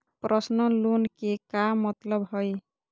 Personal loan के का मतलब हई?